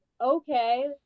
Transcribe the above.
okay